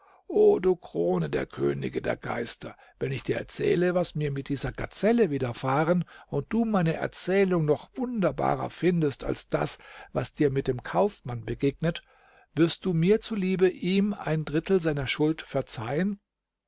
o du krone der könige der geister wenn ich dir erzähle was mir mit dieser gazelle widerfahren und du meine erzählung noch wunderbarer findest als das was dir mit dem kaufmann begegnet wirst du mir zuliebe ihm ein drittel seiner schuld verzeihen